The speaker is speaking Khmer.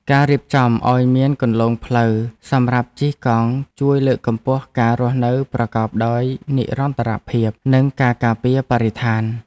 ការរៀបចំឱ្យមានគន្លងផ្លូវសម្រាប់ជិះកង់ជួយលើកកម្ពស់ការរស់នៅប្រកបដោយនិរន្តរភាពនិងការការពារបរិស្ថាន។